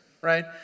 right